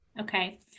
Okay